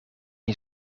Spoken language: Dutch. een